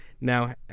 now